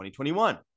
2021